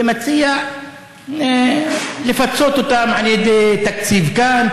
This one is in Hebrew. ומציע לפצות אותם בתקציב כאן,